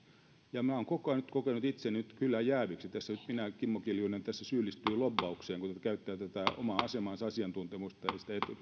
ja minä olen koko ajan kokenut itseni kyllä jääviksi tässä että minä kimmo kiljunen tässä syyllistyn lobbaukseen kun käytän tätä omaa asemaani ja